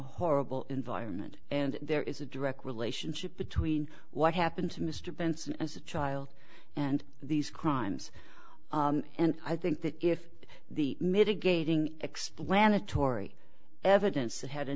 horrible environment and there is a direct relationship between what happened to mr benson child and these crimes and i think that if the mitigating explanatory evidence ha